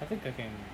I think I can